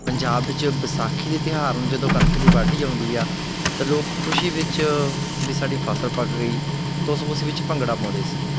ਪੰਜਾਬ ਵਿੱਚ ਵਿਸਾਖੀ ਦੇ ਤਿਉਹਾਰ ਨੂੰ ਜਦੋਂ ਕਣਕ ਦੀ ਵਾਢੀ ਆਉਂਦੀ ਆ ਅਤੇ ਲੋਕ ਖੁਸ਼ੀ ਵਿੱਚ ਵੀ ਸਾਡੀ ਫਸਲ ਪੱਕ ਗਈ ਤਾਂ ਉਸ ਖੁਸ਼ੀ ਵਿੱਚ ਭੰਗੜਾ ਪਾਉਂਦੇ ਸੀਗੇ